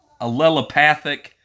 allelopathic